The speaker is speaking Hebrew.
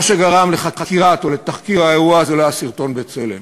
מה שגרם לתחקיר האירוע זה לא הסרטון של "בצלם".